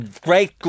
Great